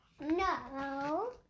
No